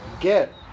Get